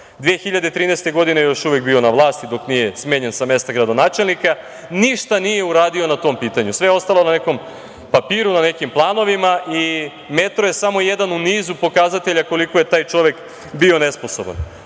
2013. je još uvek bio na vlasti, dok nije smenjen sa mesta gradonačelnika, ništa nije uradio na tom pitanju. Sve je ostalo na nekom papiru, na nekim planovima i metro je samo jedan u nizu pokazatelja koliko je taj čovek bio nesposoban. Odgovorna